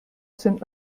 sind